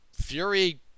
Fury